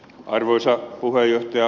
arvoisa puheenjohtaja